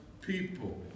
people